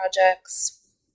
projects